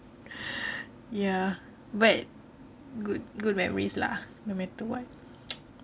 ya but good good memories lah no matter what